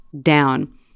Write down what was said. down